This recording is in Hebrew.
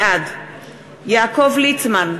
בעד יעקב ליצמן,